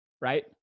right